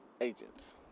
agents